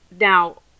Now